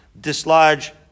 dislodge